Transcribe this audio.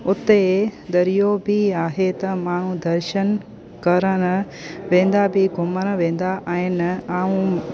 उते दरियो बि आहे त माण्हू दर्शन करण वेंदा बि घुमण वेंदा आहिनि ऐं